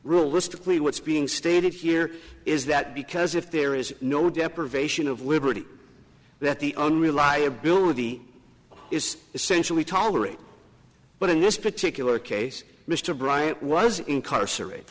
rule strictly what's being stated here is that because if there is no deprivation of liberty that the unreliability is essentially tolerate but in this particular case mr bryant was incarcerated